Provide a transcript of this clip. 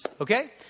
okay